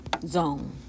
zone